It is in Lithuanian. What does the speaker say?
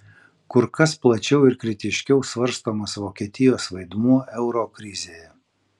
kur kas plačiau ir kritiškiau svarstomas vokietijos vaidmuo euro krizėje